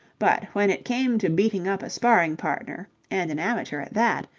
but, when it came to beating up a sparring-partner and an amateur at that,